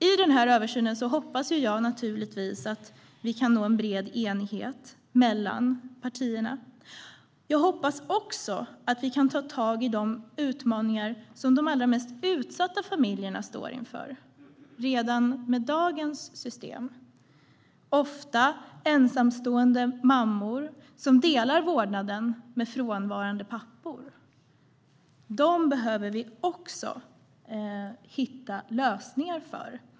Jag hoppas naturligtvis att vi kan nå bred enighet mellan partierna vad gäller översynen. Jag hoppas också att vi redan med dagens system kan ta tag i de utmaningar som de allra mest utsatta familjerna står inför, ofta ensamstående mammor som delar vårdnaden med frånvarande pappor. Dem behöver vi också hitta lösningar för.